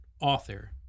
author